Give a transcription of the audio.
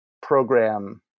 program